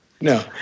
No